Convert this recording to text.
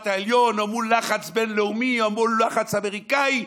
העליון או מול לחץ בין-לאומי או מול לחץ אמריקאי,